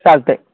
चालत आहे